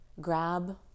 grab